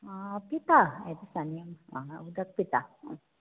आ पिता ह्या दिसांनी उदक पिता